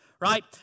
right